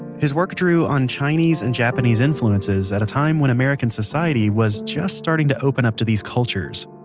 his work drew on chinese and japanese influences at a time when american society was just starting to open up to these cultures.